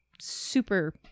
super